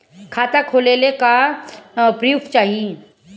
खाता खोलले का का प्रूफ चाही?